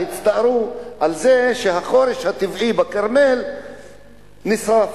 הצטערו על זה שהחורש הטבעי בכרמל נשרף.